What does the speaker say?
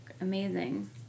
amazing